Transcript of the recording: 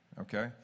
Okay